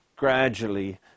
gradually